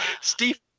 steve